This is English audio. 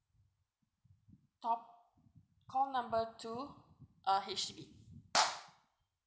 top~ call number two uh H_D_B